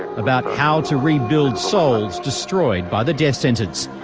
about how to rebuild souls destroyed by the death sentence.